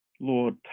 Lord